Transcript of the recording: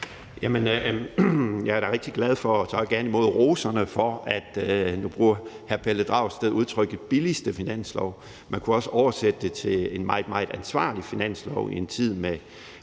Jeg er da rigtig glad for det og tager gerne imod roserne. Nu bruger hr. Pelle Dragsted udtrykket billigste finanslov; man kunne også oversætte det til en meget, meget ansvarlig finanslov i en tid med